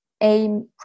aim